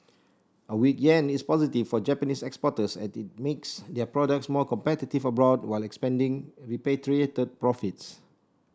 a weak yen is positive for Japanese exporters as it makes their products more competitive abroad while expanding repatriate profits